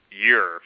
year